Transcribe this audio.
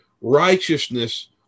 righteousness